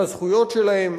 על הזכויות שלהם,